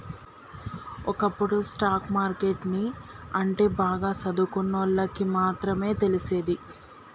ఒకప్పుడు stock market ని అంటే బాగా సదువుకున్నోల్లకి మాత్రమే తెలిసేది